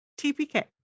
TPK